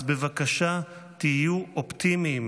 אז בבקשה מכם, תהיו אופטימיים.